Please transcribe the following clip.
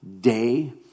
day